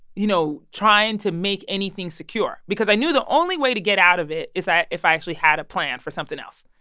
you know, trying to make anything secure because i knew the only way to get out of it is if i actually had a plan for something else.